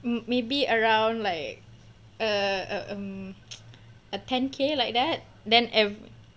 um maybe around like uh uh um uh ten K like that then every